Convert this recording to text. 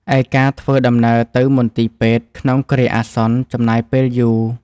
ឯការធ្វើដំណើរទៅមន្ទីរពេទ្យក្នុងគ្រាអាសន្នចំណាយពេលយូរ។